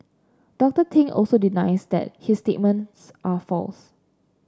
Doctor Ting also denies that his statements are false